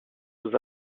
aux